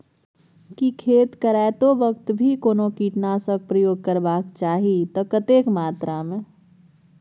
की खेत करैतो वक्त भी कोनो कीटनासक प्रयोग करबाक चाही त कतेक मात्रा में?